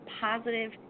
positive